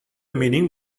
meaning